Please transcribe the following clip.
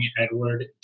Edward